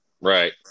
right